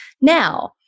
Now